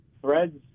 Threads